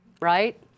right